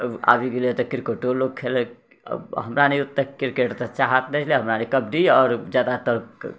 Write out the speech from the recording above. आबि गेले है तऽ क्रिकेटो लोक खेलै आब हमरा सनि तऽ क्रिकेटके चाहत ने छलै हमरारिके कबड्डी आओर जादातर